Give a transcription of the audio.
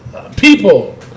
People